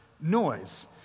noise